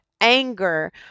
anger